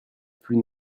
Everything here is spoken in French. plus